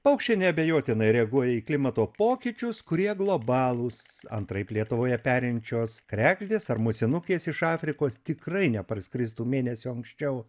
paukščiai neabejotinai reaguoja į klimato pokyčius kurie globalūs antraip lietuvoje perinčios kregždės ar musinukės iš afrikos tikrai nepraskristų mėnesiu anksčiau